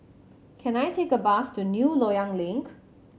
can I take a bus to New Loyang Link